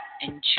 enjoy